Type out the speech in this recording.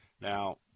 Now